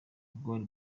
god